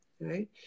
right